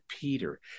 Peter